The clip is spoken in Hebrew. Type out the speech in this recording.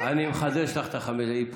אני מחדש לך את האיפוס.